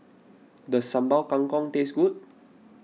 does Sambal Kangkong taste good